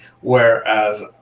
whereas